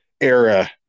era